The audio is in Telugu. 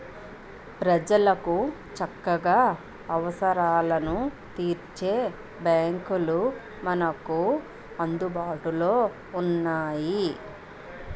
ప్రజలకు చక్కగా అవసరాలను తీర్చే బాంకులు మనకు అందుబాటులో ఉన్నాయి